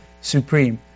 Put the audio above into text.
supreme